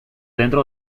dentro